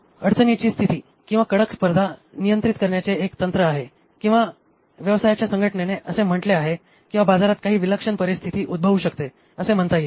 अडचणीची स्थिती किंवा कडक स्परधा नियंत्रित करण्याचे एक तंत्र आहे किंवा व्यवसायाच्या संघटनेने असे म्हटले आहे किंवा बाजारात काही विलक्षण परिस्थिती उद्भवू शकते असे म्हणता येईल